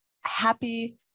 happy